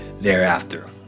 thereafter